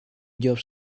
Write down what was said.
job